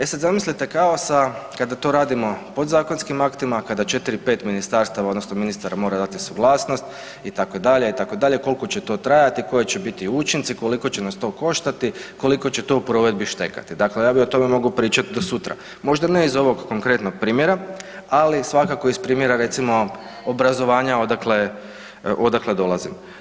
E sada zamislite kaosa kada to radimo podzakonskim aktima, kada 4, 5 ministarstava odnosno ministar mora dati suglasnost itd., itd., koliko će to trajati, koji će biti učinci, koliko će nas to koštati, koliko će to u provedbi štekati dakle ja bi o tome mogao pričati do sutra, možda ne iz ovog konkretnog primjera, ali svakako iz primjera recimo obrazovanja odakle dolazim.